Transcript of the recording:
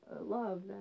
love